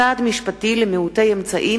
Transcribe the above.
(סעד משפטי למעוטי אמצעים),